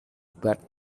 bad